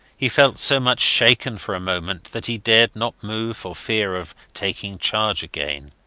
he felt so much shaken for a moment that he dared not move for fear of taking charge again.